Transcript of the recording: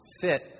fit